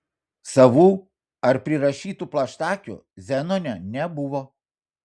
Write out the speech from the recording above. savų ar prirašytų plaštakių zenone nebuvo